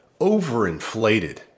overinflated